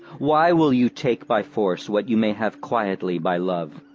why will you take by force what you may have quietly by love?